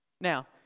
Now